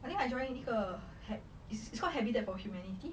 I think I join 一个 hab~ it's called habitat for humanity